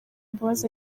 imbabazi